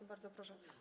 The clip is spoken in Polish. Bardzo proszę.